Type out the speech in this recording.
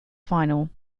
final